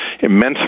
immensely